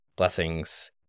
Blessings